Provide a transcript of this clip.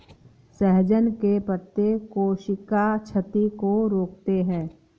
सहजन के पत्ते कोशिका क्षति को रोकते हैं